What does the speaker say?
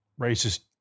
racist